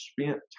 spent